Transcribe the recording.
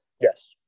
Yes